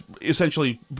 essentially